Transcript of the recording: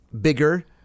bigger